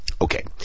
Okay